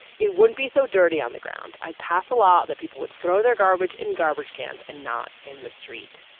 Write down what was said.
it wouldn't be so dirty on the ground. i pass a law that people would throw their garbage in garbage cans and not in the street.